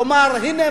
ותאמר: הנה,